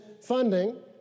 funding